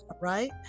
right